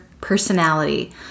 personality